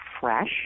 fresh